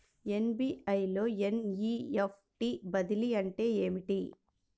SBI లో NEFT బదిలీ అంటే ఏమిటి?